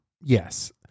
yes